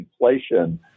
inflation